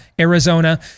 Arizona